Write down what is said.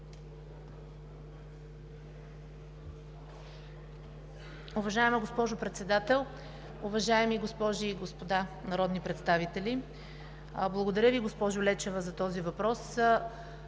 Уважаема госпожо Председател, уважаеми госпожи и господа народни представители! Благодаря Ви, госпожо Лечева, за този въпрос.